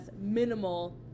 minimal